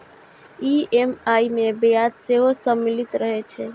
EMI मे ब्याज सेहो सम्मिलित रहै छै